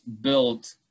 built